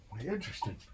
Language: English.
Interesting